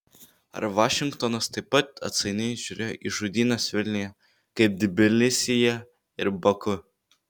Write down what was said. ar vašingtonas taip pat atsainiai žiūrėjo į žudynes vilniuje kaip tbilisyje ir baku